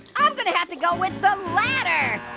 i'm gonna have to go with the ladder.